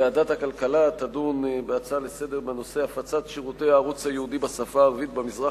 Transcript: ועדת החוץ והביטחון תדון בהצעות לסדר-היום בנושא: